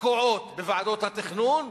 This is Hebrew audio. תקועות בוועדות התכנון,